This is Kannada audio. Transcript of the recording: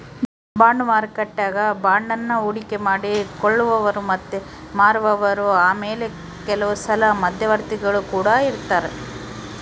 ಬಾಂಡು ಮಾರುಕಟ್ಟೆಗ ಬಾಂಡನ್ನ ಹೂಡಿಕೆ ಮಾಡಿ ಕೊಳ್ಳುವವರು ಮತ್ತೆ ಮಾರುವವರು ಆಮೇಲೆ ಕೆಲವುಸಲ ಮಧ್ಯವರ್ತಿಗುಳು ಕೊಡ ಇರರ್ತರಾ